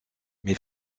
mais